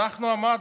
אנחנו עמדנו.